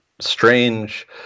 strange